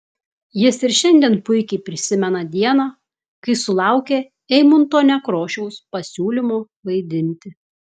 jis ir šiandien puikiai prisimena dieną kai sulaukė eimunto nekrošiaus pasiūlymo vaidinti